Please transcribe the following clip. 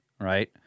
right